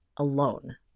alone